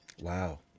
Wow